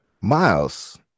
miles